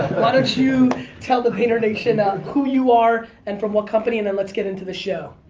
don't you tell the vayner nation um who you are and from what company and then let's get into the show.